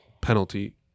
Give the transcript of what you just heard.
penalty